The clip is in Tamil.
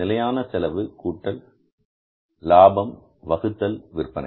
நிலையான செலவு கூட்டல் லாபம் வகுத்தல் விற்பனை